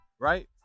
right